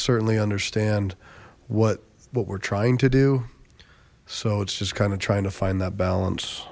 certainly understand what what we're trying to do so it's just kind of trying to find that balance